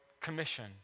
commission